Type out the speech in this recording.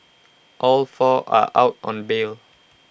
all four are out on bail